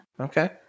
Okay